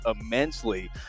immensely